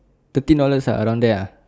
thirteen dollars ah around there ah